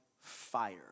fire